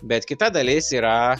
bet kita dalis yra